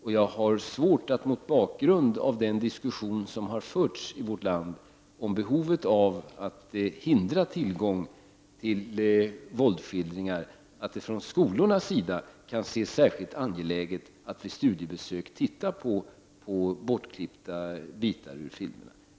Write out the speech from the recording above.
Jag har svårt att mot bakgrund av den diskussion som har förts i vårt land om behovet av att hindra tillgång till våldsskildringar se att det från skolornas sida kan anses vara särskilt angeläget att vid studiebesök få titta på bortklippta bitar ur filmerna.